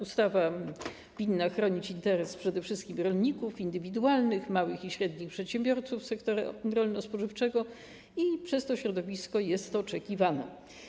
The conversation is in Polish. Ustawa winna chronić interes przede wszystkim rolników indywidualnych, małych i średnich przedsiębiorców sektora rolno-spożywczego i przez to środowisko jest oczekiwana.